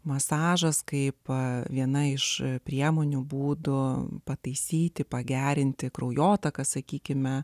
masažas kaipo viena iš priemonių būdo pataisyti pagerinti kraujotaką sakykime